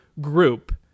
group